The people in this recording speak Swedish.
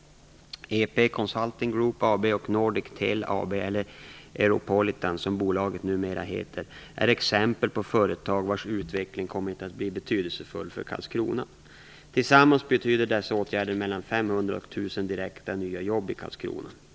EP Consulting Group AB och Nordic Tel AB eller Europolitan som bolaget numera heter är exempel på företag vars utveckling kommit att bli betydelsefull för Karlskrona. Tillsammans betyder dessa åtgärder mellan 500 och 1 000 direkta nya jobb i Karlskrona.